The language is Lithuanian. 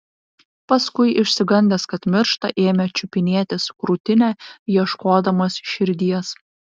paskui išsigandęs kad miršta ėmė čiupinėtis krūtinę ieškodamas širdies